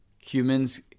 humans